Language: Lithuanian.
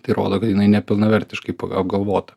tai rodo kad jinai nepilnavertiškai p apgalvota